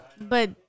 But-